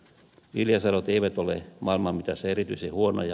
viljasadot eivät ole maailmanmitassa erityisen huonoja